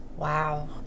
Wow